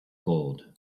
gold